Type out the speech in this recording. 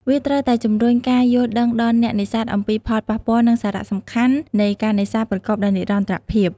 វាត្រូវតែជំរុញការយល់ដឹងដល់អ្នកនេសាទអំពីផលប៉ះពាល់ និងសារៈសំខាន់នៃការនេសាទប្រកបដោយនិរន្តរភាព។